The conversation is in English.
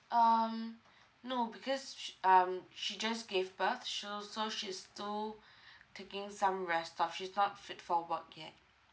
um no because she um she just gave birth sho so she's still taking some rest and stuff she's not fit for work yet